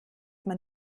man